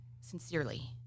sincerely